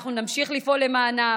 אנחנו נמשיך לפעול למענם,